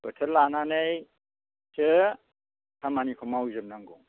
बोथोर लानानैसो खामानिखौ मावजोब नांगौ